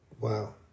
Wow